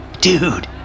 Dude